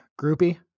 groupie